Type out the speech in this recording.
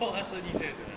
帮我 ask thirty cents !aiya!